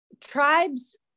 tribes